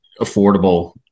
affordable